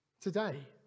today